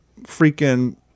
freaking